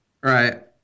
Right